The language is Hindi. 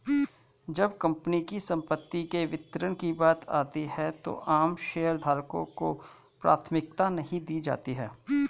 जब कंपनी की संपत्ति के वितरण की बात आती है तो आम शेयरधारकों को प्राथमिकता नहीं दी जाती है